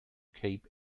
cape